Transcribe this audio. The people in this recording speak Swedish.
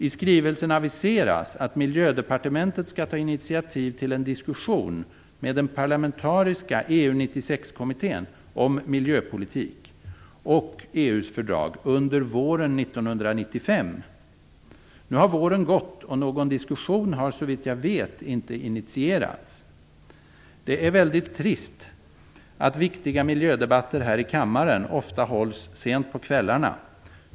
I skrivelsen aviseras att Miljödepartementet skall ta initiativ till en diskussion med den parlamentariska EU 96-kommittén om miljöpolitik och EU:s fördrag under våren 1995. Nu har våren gått, och någon diskussion har såvitt jag vet inte initierats. Det är väldigt trist att viktiga miljödebatter här i kammaren ofta hålls sent på kvällarna.